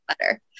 better